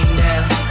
now